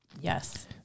Yes